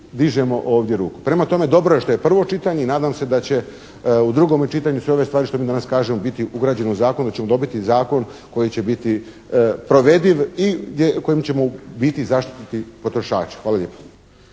dižemo ovdje ruku. Prema tome dobro je što je prvo čitanje i nadam se da će u drugom čitanju sve ove stvari što mi danas kažemo biti ugrađene u zakon, da ćemo dobiti zakon koji će biti provediv i kojim ćemo biti zaštititi potrošača. Hvala lijepo.